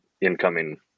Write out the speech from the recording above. incoming